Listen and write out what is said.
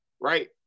Right